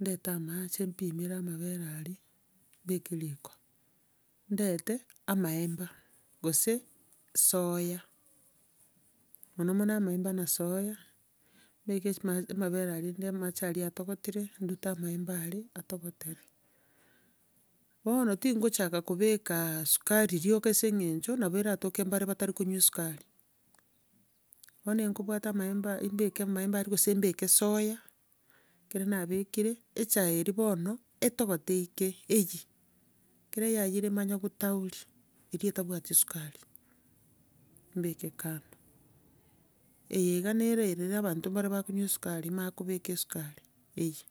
ndete amache mpimere amabere aria, mbeke riko. Ndete, amaemba, gose esoya, mono mono amaemba na esoya mbeke chimache amabere aria ndire amache aria atogotire, ndute amaemba aria, atogotere. Bono, tingochaka kobekaa sukari rioka ase eng'encho, nabo eratoke mbare batarikonywa esukari. Bono enkobwata amaemba mbeke amaemba aria gose mbeke esoya, ekero nabekire, echae eria bono, etogote eike, eyie. Ekero yaiyiire manye gotauria, eria etabwati esukari mbeke kando. Eye iga nere erere abanto mbare bakonywa esukari, manye kobeka esukari eyie.